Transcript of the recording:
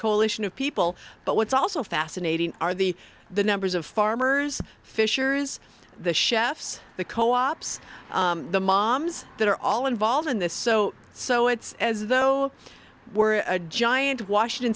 coalition of people but what's also fascinating are the the numbers of farmers fishers the chefs the co ops the moms that are all involved in this so so it's as though we're a giant washington